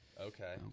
Okay